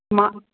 मां